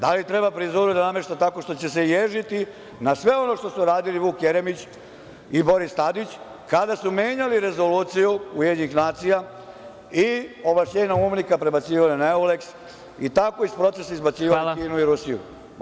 Da li treba frizuru da namešta tako što će se ježiti na sve ono što su radili Vuk Jeremić i Boris Tadić kada su menjali rezoluciju UN i ovlašćenje UNMIK prebacivali na Euleks i tako iz procesa izbacivali Kinu i Rusiju.